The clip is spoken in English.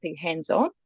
hands-on